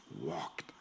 walked